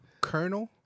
Colonel